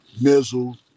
Mizzle